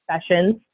sessions